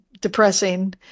depressing